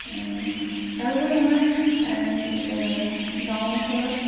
তাৰোপৰি আমাৰ গাঁও অঞ্চলত